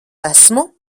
esmu